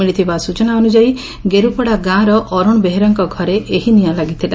ମିଳିଥିବା ସୂଚନା ଅନୁଯାୟୀ ଗେରୁପଡ଼ା ଗାଁର ଅରୁଣ ବେହେରାଙ୍କ ଘରେ ଏହି ନିଆଁ ଲାଗିଥିଲା